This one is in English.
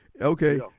Okay